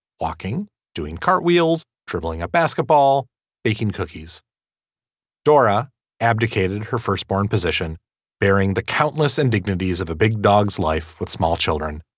walking doing cartwheels dribbling a basketball baking cookies dora abdicated her first born position bearing the countless indignities of a big dog's life with small children.